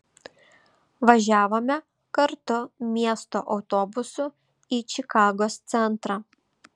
važiavome kartu miesto autobusu į čikagos centrą